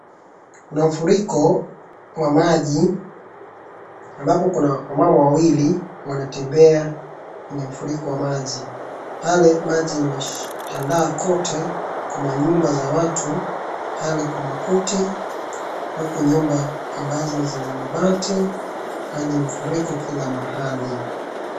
Kuna mafuriko ya maji ambapo kuna wamama wawili wanatembea kwenye mafuriko ya maji. Pale maji imetandaa kote kwa manyumba za watu, pale kwa makuti, huku nyumba ambazo zina mabati, maji imefurika kila mahali.